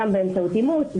גם באמצעות אימוץ,